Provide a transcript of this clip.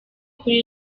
kuri